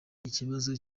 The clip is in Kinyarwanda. ikibazo